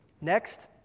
Next